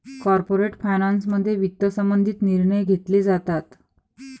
corporate फायनान्समध्ये वित्त संबंधित निर्णय घेतले जातात